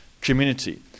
community